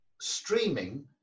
streaming